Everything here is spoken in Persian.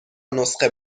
نسخه